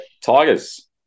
Tigers